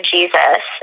Jesus